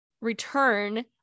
return